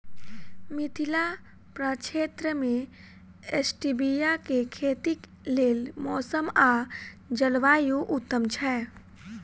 मिथिला प्रक्षेत्र मे स्टीबिया केँ खेतीक लेल मौसम आ जलवायु उत्तम छै?